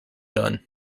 done